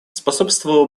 способствовало